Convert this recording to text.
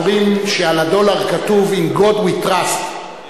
אומרים שעל הדולר כתוב: In God we trust,